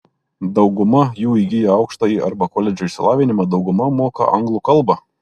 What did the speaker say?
dauguma jų įgiję aukštąjį arba koledžo išsilavinimą dauguma moka anglų kalbą